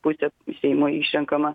pusė į seimą išrenkama